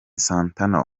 santana